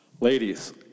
Ladies